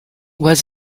was